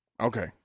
Okay